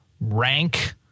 rank